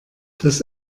das